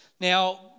Now